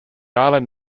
island